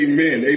Amen